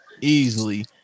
easily